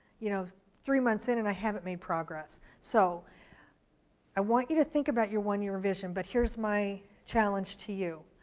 you know three months in and i haven't made progress. so i i want you to think about your one year vision, but here's my challenge to you.